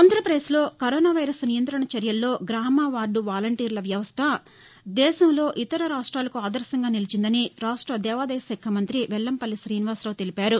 ఆంధ్రప్రదేశ్లో corona virus నియంత్రణ చర్యల్లో గ్రామ వార్డ వాలంటీర్ల వ్యవస్థ దేశంలో ఇతర రాష్ట్రాలకు ఆదర్భంగా నిలిచిందని రాష్ట దేపదాయ శాఖ మంతి వెల్లంపల్లి రీనివాసరావు తెలిపారు